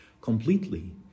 completely